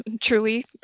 truly